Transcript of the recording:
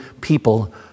people